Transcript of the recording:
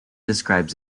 describes